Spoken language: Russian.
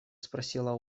спросила